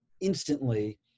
instantly